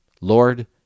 Lord